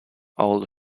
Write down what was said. old